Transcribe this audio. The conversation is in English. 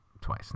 twice